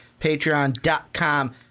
patreon.com